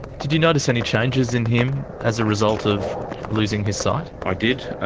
did you notice any changes in him as a result of losing his sight? i did.